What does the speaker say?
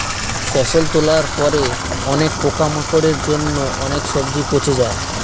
ফসল তোলার পরে অনেক পোকামাকড়ের জন্য অনেক সবজি পচে যায়